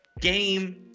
game